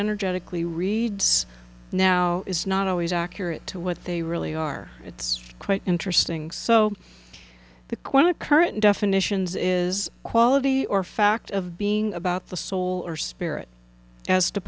energetically reads now is not always accurate to what they really are it's quite interesting so the question of current definitions is quality or fact of being about the soul or spirit as